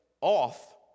off